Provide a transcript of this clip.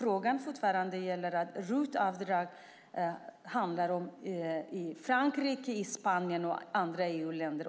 Frågan gäller fortfarande att ROT-avdrag hamnar i Frankrike, Spanien och andra EU-länder.